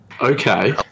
Okay